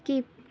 skip